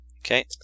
Okay